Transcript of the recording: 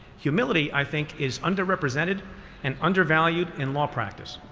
humility, i think, is under-represented and undervalued in law practice,